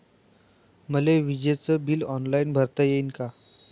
मले विजेच bill online भरता येईन का?